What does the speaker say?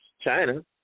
China